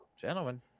gentlemen